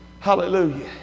Hallelujah